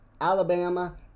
Alabama